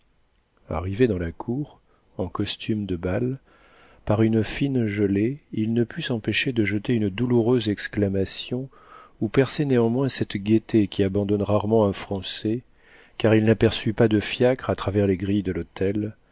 arrivé dans la cour en costume de bal par une fine gelée il ne put s'empêcher de jeter une douloureuse exclamation où perçait néanmoins cette gaieté qui abandonne rarement un français car il n'aperçut pas de fiacre à travers les grilles de l'hôtel